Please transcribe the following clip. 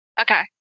Okay